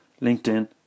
LinkedIn